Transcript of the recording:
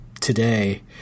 today